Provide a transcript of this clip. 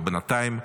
ובינתיים,